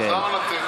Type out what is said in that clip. אז למה לתת?